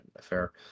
fair